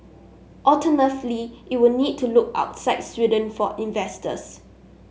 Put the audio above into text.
alternatively it will need to look outside Sweden for investors